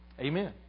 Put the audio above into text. Amen